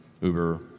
uber